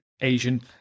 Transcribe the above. Asian